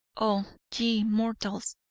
oh, ye mortals!